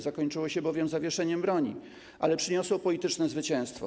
Zakończyło się zawieszeniem broni, ale przyniosło polityczne zwycięstwo.